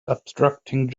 obstructing